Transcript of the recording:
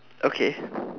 okay